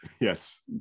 Yes